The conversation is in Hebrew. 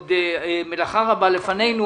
עוד מלאכה רבה לפנינו.